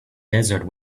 desert